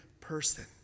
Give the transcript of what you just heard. person